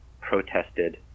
protested